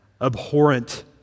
abhorrent